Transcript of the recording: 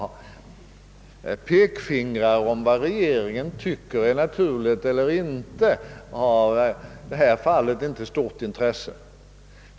Men pekfingrar som visar vad regeringen tycker är naturligt har i det här fallet inte stort intresse.